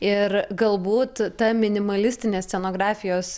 ir galbūt ta minimalistinės scenografijos